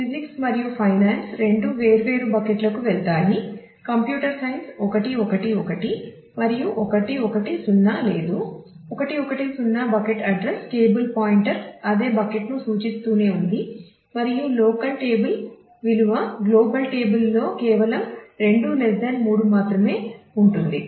physics లో కేవలం 2 3 మాత్రమే ఉంటుంది